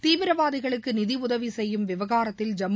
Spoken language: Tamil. தீவிரவாதிகளுக்கு நிதி உதவி செய்யும் விவகாரத்தில் ஜம்மு